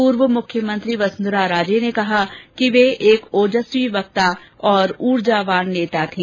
पूर्व मुख्यमंत्री वसुंधरा राजे ने कहा कि वे एक ओजस्वी वक्ता और ऊर्जावान नेता थी